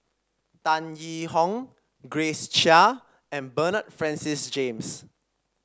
Tan Yee Hong Grace Chia and Bernard Francis James